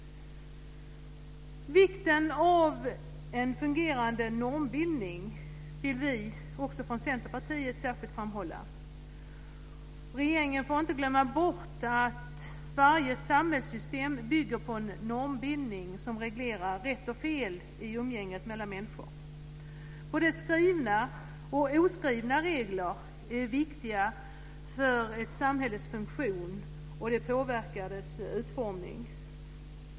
Vikten av en fungerande normbildning vill vi också från Centerpartiet särskilt framhålla. Regeringen får inte glömma bort att varje samhällssystem bygger på en normbildning som reglerar rätt och fel i umgänget mellan människor. Både skrivna och oskrivna regler är viktiga för ett samhälles funktion, och de påverkar dess utformning.